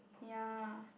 ya